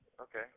Okay